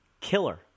killer